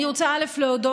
אני רוצה להודות.